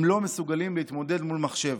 הם לא מסוגלים להתמודד מול מחשב.